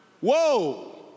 Whoa